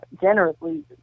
generously